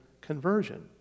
conversion